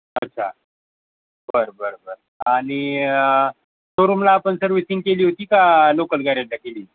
अच्छा बर बर बर आणि शोरूमला आपण सर्विसिंग केली होती का लोकल गॅरेजला केली